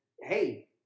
hey